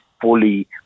fully